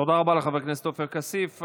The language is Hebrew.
תודה רבה לחבר הכנסת עופר כסיף.